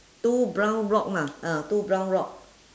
two brown rock lah ah two brown rock